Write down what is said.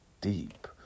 deep